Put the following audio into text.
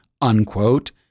unquote